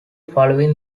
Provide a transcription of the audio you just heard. following